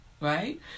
right